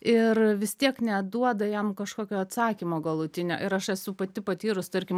ir vis tiek neduoda jam kažkokio atsakymo galutinio ir aš esu pati patyrus tarkim